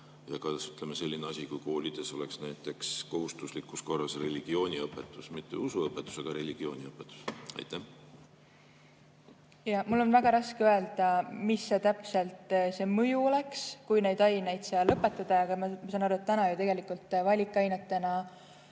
Ja ka, ütleme, selline asi, kui koolides oleks näiteks kohustuslikus korras religiooniõpetus – mitte usuõpetus, vaid religiooniõpetus? Mul on väga raske öelda, mis täpselt see mõju oleks, kui neid aineid seal õpetada. Ma saan aru, et täna ju tegelikult valikainetena